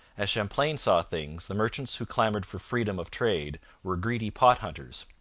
as champlain saw things, the merchants who clamoured for freedom of trade were greedy pot-hunters.